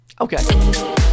okay